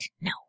No